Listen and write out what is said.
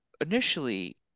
initially